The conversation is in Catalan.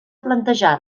plantejar